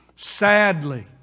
Sadly